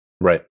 Right